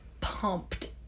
pumped